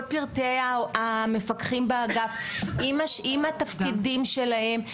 פרטי המפקחים באגף עם התפקידים שלהם.